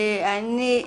אני,